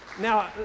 Now